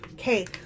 Okay